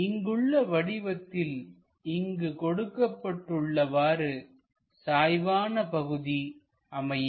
இங்குள்ள வடிவத்தில் இங்கு கொடுக்கப்பட்டுள்ளவாறு சாய்வான பகுதி அமையும்